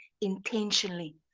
intentionally